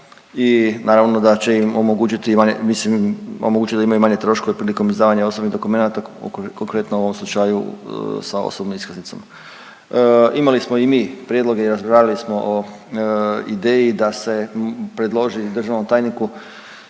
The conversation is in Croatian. i naravno da će im omogućiti manje, mislim da imaju manje troškove prilikom izdavanja osobnih dokumenata u konkretno ovom slučaju sa osobnom iskaznicom. Imali smo i mi prijedloge i razgovarali smo o ideji da se predloži državnom tajniku